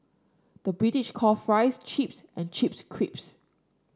the British call fries chips and chips crisps